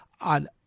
on